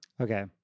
Okay